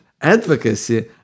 advocacy